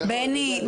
בני,